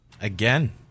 Again